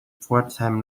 pforzheim